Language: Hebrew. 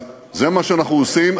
זה מה שאנחנו עושים,